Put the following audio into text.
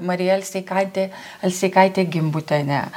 marija alseikaitė alseikaitė gimbutienė